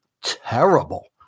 terrible